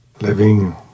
living